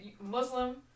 Muslim